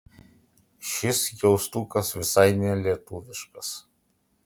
šis jaustukas visai nelietuviškas